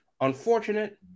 unfortunate